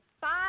five